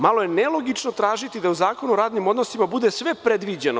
Malo je nelogično tražiti da u Zakonu o radnim odnosima bude sve predviđeno.